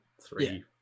three